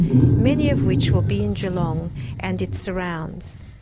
many of which will be in geelong and its surrounds.